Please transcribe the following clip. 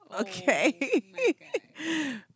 okay